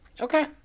okay